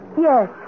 Yes